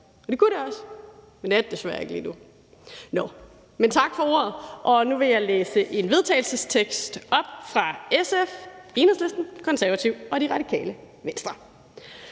Og det kunne det også, men det er det desværre ikke lige nu. Tak for ordet. Nu vil jeg læse en vedtagelsestekst op fra SF, Enhedslisten, De Konservative og De Radikale. Den